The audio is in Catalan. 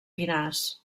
pinars